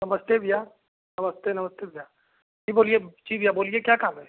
नमस्ते भैया नमस्ते नमस्ते भैया जी बोलिए जी भैया बोलिए क्या काम है